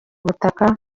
butaka